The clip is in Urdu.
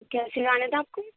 کیا سِلانا تھا آپ کو